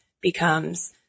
becomes